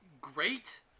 great